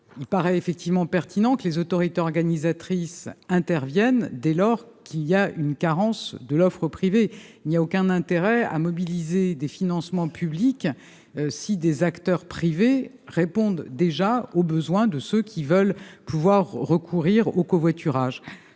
il paraît effectivement pertinent que les autorités organisatrices interviennent dès lors qu'il existe une carence de l'offre privée. Il n'y a aucun intérêt à mobiliser des financements publics si des acteurs privés répondent déjà aux besoins de ceux qui veulent pouvoir recourir au covoiturage.